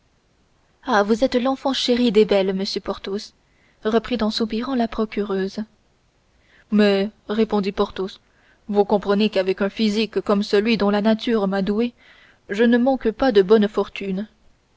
ah vous êtes l'enfant chéri des belles monsieur porthos reprit en soupirant la procureuse mais répondit porthos vous comprenez qu'avec un physique comme celui dont la nature m'a doué je ne manque pas de bonnes fortunes